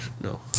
No